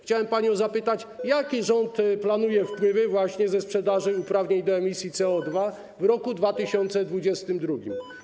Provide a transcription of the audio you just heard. Chciałem panią zapytać, jakie rząd planuje wpływy właśnie ze sprzedaży uprawnień do emisji CO2 w roku 2022?